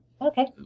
Okay